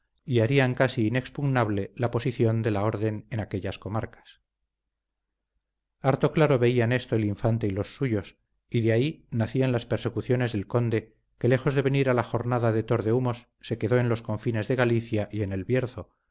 y harían casi inexpugnable la posición de la orden en aquella comarcas harto claro veían esto el infante y los suyos y de ahí nacían las persecuciones del conde que lejos de venir a la jornada de tordehumos se quedó en los confines de galicia y en el bierzo